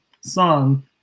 song